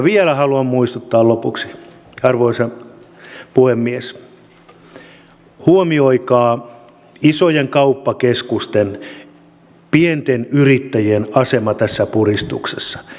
vielä haluan muistuttaa lopuksi arvoisa puhemies että huomioikaa isojen kauppakeskusten pienten yrittäjien asema tässä puristuksessa